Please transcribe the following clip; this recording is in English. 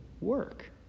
work